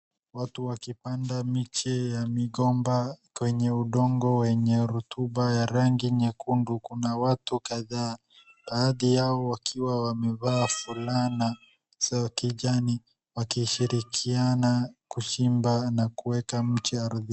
Watu wakipanda miche ya migomba kwenye udongo wenye rutuba ya rangi nyekundu. Kuna watu kadhaa baadhi yao wakiwa wamevaa fulana za kijani wakishirikiana kuchimba na kuweka miche ardhini.